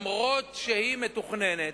אף-על-פי שהיא מתוכננת,